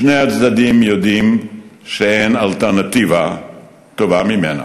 שני הצדדים יודעים שאין אלטרנטיבה טובה מכך.